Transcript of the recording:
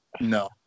No